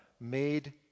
Made